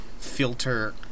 filter